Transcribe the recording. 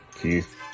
keith